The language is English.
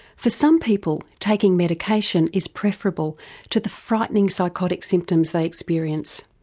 for some people taking medication is preferable to the frightening psychotic symptoms they experience.